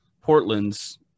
Portland's